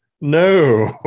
No